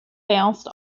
bounced